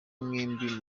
mwembi